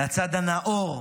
לצד הנאור,